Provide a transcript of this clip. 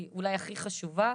היא אולי הכי חשובה,